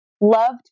loved